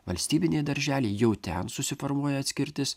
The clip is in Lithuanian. valstybiniai darželiai jau ten susiformuoja atskirtis